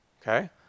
Okay